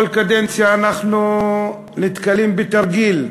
כל קדנציה אנחנו נתקלים בתרגיל,